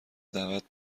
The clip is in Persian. دعوت